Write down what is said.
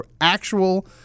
actual